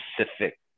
specific